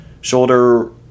Shoulder